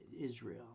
Israel